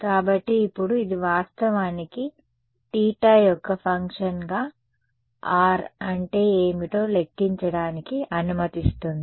కాబట్టి ఇప్పుడు ఇది వాస్తవానికి θ యొక్క ఫంక్షన్గా R అంటే ఏమిటో లెక్కించడానికి అనుమతిస్తుంది